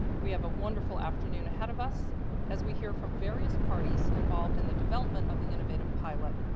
we have a wonderful afternoon ahead of us as we hear from various parties involved in the development of the innovative pilot,